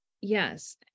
yes